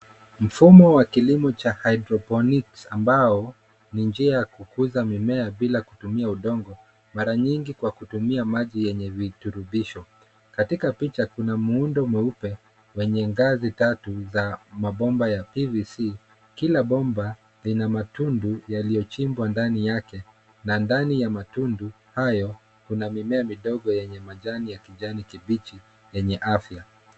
Mfumo wa kilimo cha hydrophonis ambao ni njia ya kukuza mimea bila kutumia udongo, mara nyingi kwa kutumia maji yenye virutubisho. Katika picha kuna muundo mweupe wenye ngazi tatu za mabomba ya PVC. Kila bomba lina matundu yaliyochimbwa ndani yake, na ndani ya matundu hayo kuna mimea midogo yenye majani ya kijani kibichi, yenye afya.